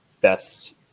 best